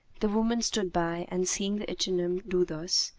the woman stood by and, seeing the ichneumon do thus,